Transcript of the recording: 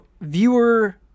viewer